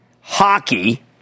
hockey